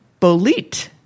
Bolit